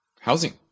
housing